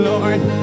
Lord